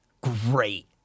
great